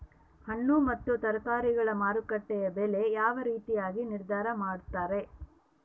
ಹಣ್ಣು ಮತ್ತು ತರಕಾರಿಗಳ ಮಾರುಕಟ್ಟೆಯ ಬೆಲೆ ಯಾವ ರೇತಿಯಾಗಿ ನಿರ್ಧಾರ ಮಾಡ್ತಿರಾ?